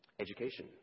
Education